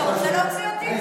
את רוצה שאני אוציא אותך?